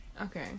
Okay